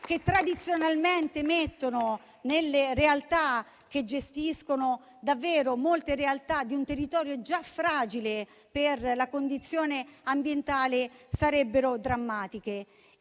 che tradizionalmente mettono nelle realtà che gestiscono, molte situazioni di un territorio già fragile per la condizione ambientale sarebbero drammatiche.